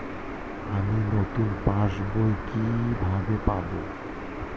আমি নতুন পাস বই কিভাবে পাব?